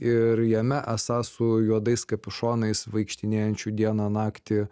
ir jame esą su juodais kapišonais vaikštinėjančių dieną naktį